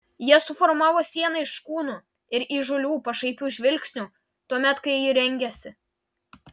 jie suformavo sieną iš kūnų ir įžūlių pašaipių žvilgsnių tuomet kai ji rengėsi